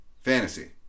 Fantasy